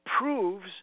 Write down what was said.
proves